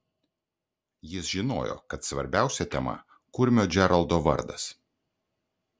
jis žinojo kad svarbiausia tema kurmio džeraldo vardas